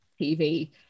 tv